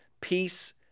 Peace